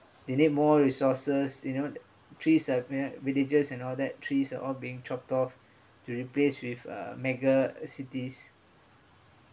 they need more resources you know trees are vi~ villagers and all that trees are being chopped off to replace with uh mega cities